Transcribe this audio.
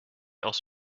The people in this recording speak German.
aus